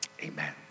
amen